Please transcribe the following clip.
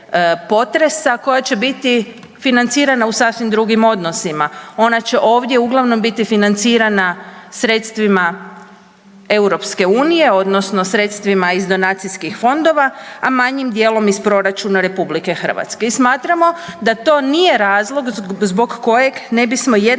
koja će biti financirana u sasvim drugim odnosima. Ona će ovdje uglavnom biti financirana sredstvima Europske unije odnosno sredstvima iz donacijskih fondova, a manjim dijelom iz proračuna Republike Hrvatske. I smatramo da to nije razlog zbog kojeg ne bismo jednako